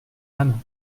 âme